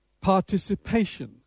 participation